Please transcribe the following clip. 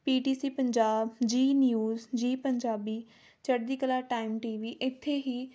ਪੀ T C Punjab Zee news Zee Punjabi Chardi Kala time T V ਇੱਥੇ ਹੀ